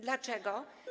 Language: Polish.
Dlaczego?